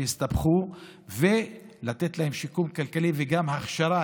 שהסתבכו ולתת להם שיקום כלכלי וגם הכשרה,